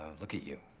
look at you.